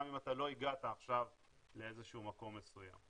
גם אם לא הגעת עכשיו לאיזה שהוא מקום מסוים,